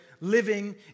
living